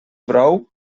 brou